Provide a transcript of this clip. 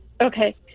Okay